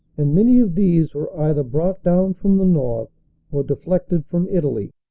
and many of these were either brought down from the north or deflected from italy.